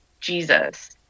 Jesus